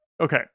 okay